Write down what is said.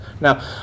Now